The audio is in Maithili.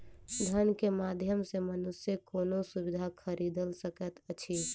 धन के माध्यम सॅ मनुष्य कोनो सुविधा खरीदल सकैत अछि